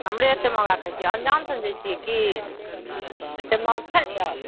हमरे एते महगा कहए छिऐ अनजान समझै छिऐ कि एते महग छै चाउर